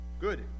Good